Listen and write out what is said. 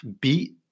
beat